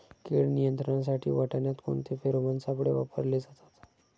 कीड नियंत्रणासाठी वाटाण्यात कोणते फेरोमोन सापळे वापरले जातात?